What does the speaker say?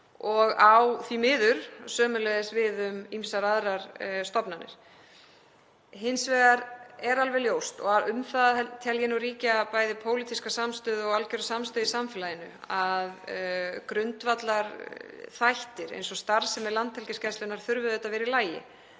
og á því miður sömuleiðis við um ýmsar aðrar stofnanir. Hins vegar er alveg ljóst, og um það tel ég nú ríkja bæði pólitíska samstöðu og algjöra samstöðu í samfélaginu, að grundvallarþættir eins og starfsemi Landhelgisgæslunnar þurfa að vera í lagi.